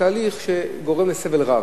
תהליך שגורם לסבל רב,